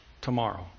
tomorrow